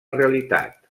realitat